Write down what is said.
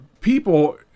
people